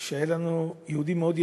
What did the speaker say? שהיה לנו יהודי מאוד יקר,